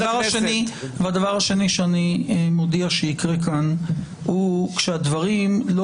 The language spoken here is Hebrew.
הדבר השני שאני מודיע שיקרה כאן הוא שהדברים לא